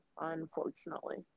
unfortunately